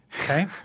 okay